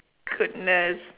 goodness